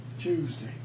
Tuesday